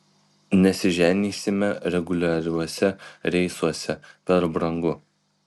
nesiženysime reguliariuose reisuose per brangu